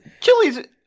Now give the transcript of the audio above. Chili's